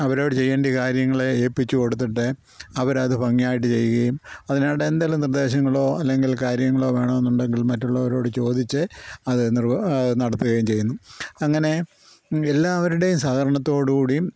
അവരവർ ചെയ്യേണ്ട്യ കാര്യങ്ങളെ ഏല്പിച്ചു കൊടുത്തിട്ട് അവരത് ഭംഗിയായിട്ട് ചെയ്യുകയും അതിനായിട്ടെന്തേലും നിർദ്ദേശങ്ങളോ അല്ലെങ്കിൽ കാര്യങ്ങളോ വേണമെന്നുണ്ടെങ്കിൽ മറ്റുള്ളവരോട് ചോദിച്ച് അത് നിർ നടത്തുകയും ചെയ്യുന്നു അങ്ങനെ എല്ലാവരുടെയും സഹകരണത്തോടുകൂടിയും